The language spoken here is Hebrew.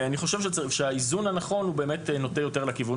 אני חושב שהאיזון הנכון הוא באמת נוטה יותר לכיוון